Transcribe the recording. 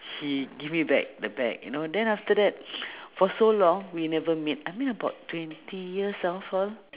he give me back the bag you know then after that for so long we never meet I mean about twenty years after